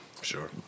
sure